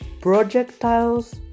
projectiles